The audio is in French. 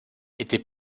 était